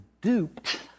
duped